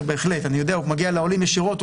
הוא מגיע לעולים ישירות,